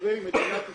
לתושבי מדינת ישראל.